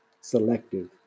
selective